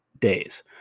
days